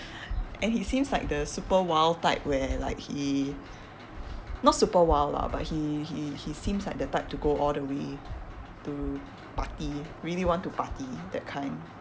and he seems like the super wild type where like he not super wild lah but he he he seems like the type that go all the way to party really want to party that kind